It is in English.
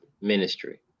ministry